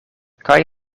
kaj